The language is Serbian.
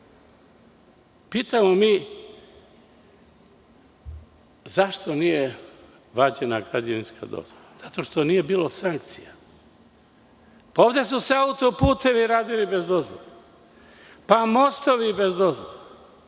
pitamo mi, zašto nije vađena građevinska dozvola? Zato što nije bilo sankcija. Ovde su se auto-putevi radili bez dozvola, pa mostovi, pa